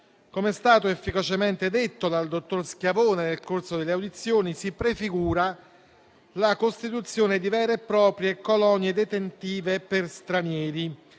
Come è stato efficacemente detto dal dottor Schiavone nel corso delle audizioni, si prefigura la costituzione di vere e proprie colonie detentive per stranieri,